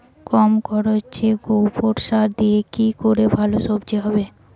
কম খরচে গোবর সার দিয়ে কি করে ভালো সবজি হবে?